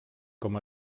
com